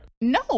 no